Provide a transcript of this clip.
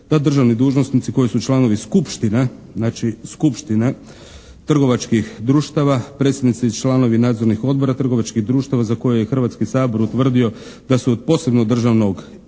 da državni dužnosnici koji su članovi skupština, znači skupština, trgovačkih društava, predsjednici i članovi nadzornih odbora trgovačkih društava za koje je i Hrvatski sabor utvrdio da su od posebnog državnog interesa